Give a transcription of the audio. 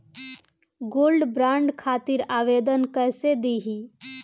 Gold bond खातिर आवेदन कैसे दिही?